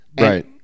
Right